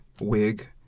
wig